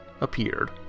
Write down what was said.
appeared